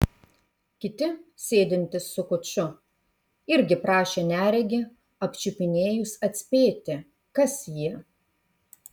kiti sėdintys su kuču irgi prašė neregį apčiupinėjus atspėti kas jie